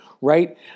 right